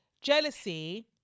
Jealousy